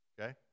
okay